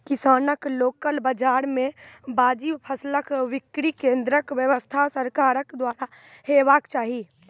किसानक लोकल बाजार मे वाजिब फसलक बिक्री केन्द्रक व्यवस्था सरकारक द्वारा हेवाक चाही?